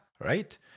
right